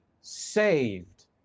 saved